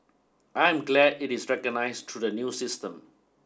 I am glad it is recognized through the new system